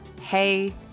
hey